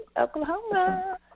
Oklahoma